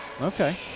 Okay